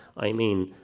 i mean